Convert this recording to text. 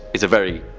is a very,